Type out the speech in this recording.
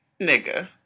nigga